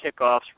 kickoffs